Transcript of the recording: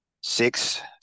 six